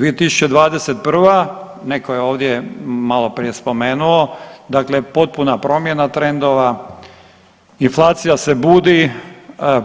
2021., neko je ovdje maloprije spomenuo, dakle potpuna promjena trendova, inflacija se budi,